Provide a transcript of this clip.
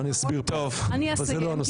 אני אסביר אבל זה לא הנושא.